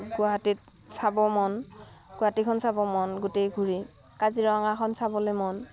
গুৱাহাটীত চাব মন গুৱাহাটীখন চাব মন গোটেই ঘূৰি কাজিৰঙাখন চাবলৈ মন